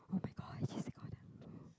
[oh]-my-god I just said Gordon